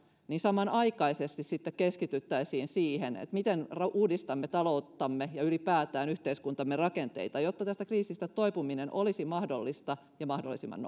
niin samanaikaisesti sitten keskityttäisiin siihen miten uudistamme talouttamme ja ylipäätään yhteiskuntamme rakenteita jotta tästä kriisistä toipuminen olisi mahdollista ja mahdollisimman